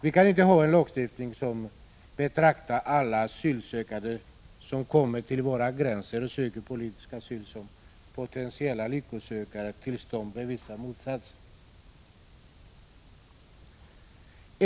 Vi kan inte ha en lagstiftning som betraktar alla som kommer till våra gränser och söker politisk asyl som potentiella lycksökare tills de bevisar motsatsen.